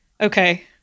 okay